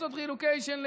לעשות רילוקיישן לאירופה,